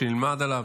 שנלמד עליו.